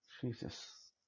Jesus